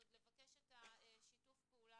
אז לבקש את שיתוף הפעולה,